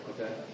Okay